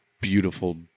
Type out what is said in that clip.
beautiful